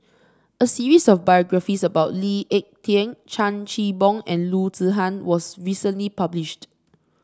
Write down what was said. a series of biographies about Lee Ek Tieng Chan Chin Bock and Loo Zihan was recently published